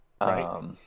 Right